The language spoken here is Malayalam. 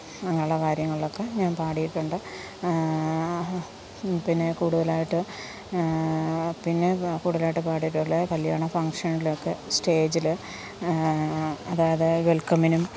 അങ്ങനെയുള്ള കാര്യങ്ങളൊക്കെ ഞാൻ പാടിയിട്ടുണ്ട് പിന്നെ കൂടുതലായിട്ട് പിന്നെ കൂടുതലായിട്ട് പാടിയിട്ടുള്ള കല്യാണ ഫംഗ്ഷനിലും ഒക്കെ സ്റ്റേജിൽ അതായത് വെൽക്കമിനും